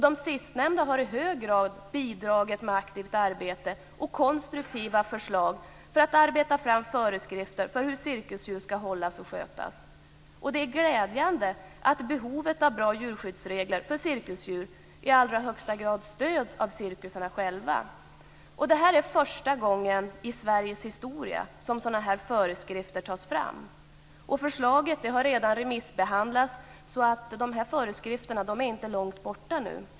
De sistnämnda har i hög grad bidragit med aktivt arbete och konstruktiva förslag för att arbeta fram föreskrifter för hur cirkusdjur ska hållas och skötas. Det är glädjande att behovet av bra djurskyddsregler för cirkusdjur i allra högsta grad stöds av cirkusarna själva. Det här är första gången i Sveriges historia som sådana här föreskrifter tas fram. Förslaget har redan remissbehandlats, så föreskrifterna är inte långt borta nu.